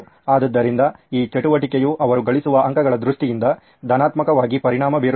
ಆದ್ದರಿಂದ ಈ ಚಟುವಟಿಕೆಯು ಅವರು ಗಳಿಸುವ ಅಂಕಗಳ ದೃಷ್ಟಿಯಿಂದ ಧನಾತ್ಮಕವಾಗಿ ಪರಿಣಾಮ ಬೀರುತ್ತದೆ